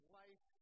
life